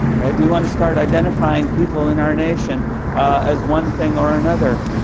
right. we want to start identifying people in our nation as one thing or another.